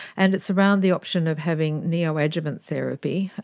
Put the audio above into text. and it's around the option of having neoadjuvant therapy,